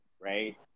right